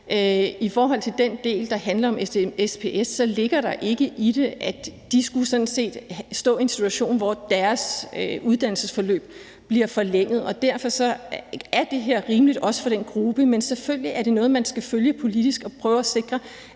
I forhold til den del, der handler om SPS, så ligger der ikke i det, at de skulle stå i en situation, hvor deres uddannelsesforløb bliver forlænget, og derfor er det her rimeligt også for den gruppe. Men selvfølgelig er det noget, man skal følge politisk og prøve at sikre,